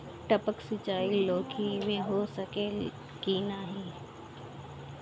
टपक सिंचाई लौकी में हो सकेला की नाही?